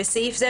בסעיף זה,